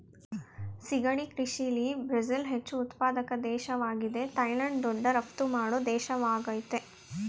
ಸಿಗಡಿ ಕೃಷಿಲಿ ಬ್ರಝಿಲ್ ಹೆಚ್ಚು ಉತ್ಪಾದಕ ದೇಶ್ವಾಗಿದೆ ಥೈಲ್ಯಾಂಡ್ ದೊಡ್ಡ ರಫ್ತು ಮಾಡೋ ದೇಶವಾಗಯ್ತೆ